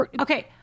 Okay